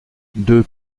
deux